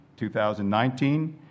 2019